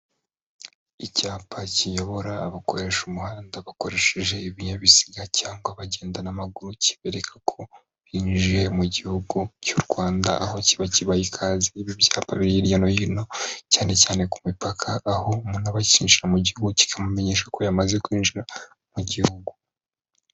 Icyapa kiyobora abakoresha umuhanda bakoresheje ibinyabiziga cyangwa bagenda n'amaguru, kibereka ko binjiye mu gihugu cy'u Rwanda, aho kiba kibaha ikaze. Ibi byapa biri hirya no hino, cyane cyane ku mipaka, aho umuntu aba akinjira mu gihugu, kikamumenyesha ko yamaze kwinjira mu gihugu.